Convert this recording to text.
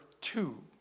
two